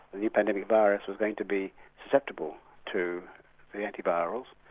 the pandemic virus was going to be acceptable to the antivirals,